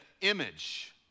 image